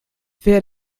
wer